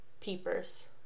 peepers